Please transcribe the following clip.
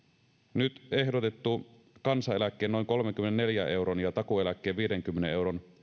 nyt ehdotettu kansaneläkkeen noin kolmenkymmenenneljän euron ja takuueläkkeen viidenkymmenen euron